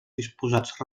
disposats